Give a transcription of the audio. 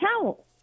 towel